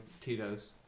tito's